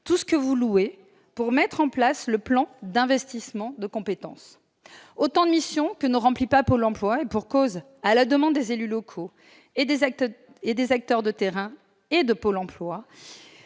tout ce que vous louez en vue de mettre en place le plan d'investissement des compétences. Ce sont autant de missions que ne remplit pas Pôle emploi, et pour cause ! À la demande des élus locaux, des acteurs de terrain, et même de Pôle emploi,